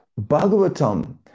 Bhagavatam